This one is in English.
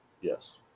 Yes